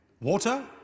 water